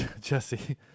Jesse